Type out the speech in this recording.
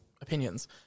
opinions